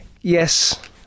Yes